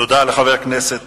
תודה לחבר הכנסת